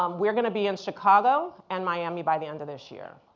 um we're gonna be in chicago and miami by the end of this year.